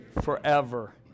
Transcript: Forever